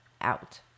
Out